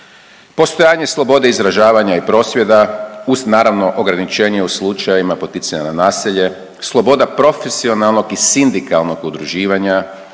postojanje slobode izražavanja i prosvjeda uz naravno ograničenje u slučajevima poticanja na nasilje, sloboda profesionalnog i sindikalnog udruživanja,